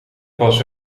was